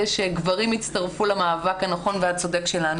שגברים יצטרפו למאבק הנכון והצודק שלנו.